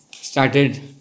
started